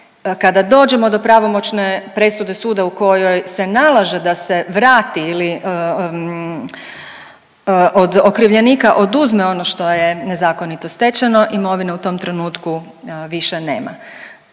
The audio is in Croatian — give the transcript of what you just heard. kada dođemo do pravomoćne presude suda u kojoj se nalaže da se vrati ili od okrivljenika oduzme ono što je nezakonito stečeno, imovine u tom trenutku više nema.